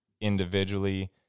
individually